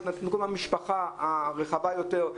התנתקו מהמשפחה הרחבה יותר,